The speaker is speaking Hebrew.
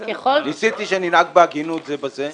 ניסיתי שננהג בהגינות זה בזה,